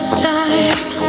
time